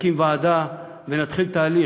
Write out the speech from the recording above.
נקים ועדה ונתחיל תהליך.